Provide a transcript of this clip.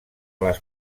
les